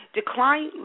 Decline